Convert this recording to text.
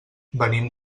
venim